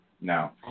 No